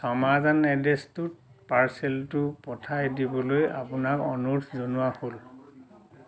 চমৰাজান এড্ৰেছটোত পাৰ্চেলটো পঠাই দিবলৈ আপোনাক অনুৰোধ জনোৱা হ'ল